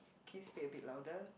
can you speak a bit louder